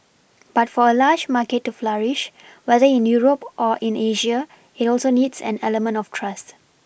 but for a large market to flourish whether in Europe or in Asia it also needs an element of trust